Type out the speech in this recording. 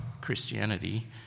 Christianity